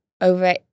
over